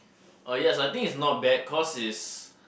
oh yes I think is not bad cause is